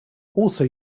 also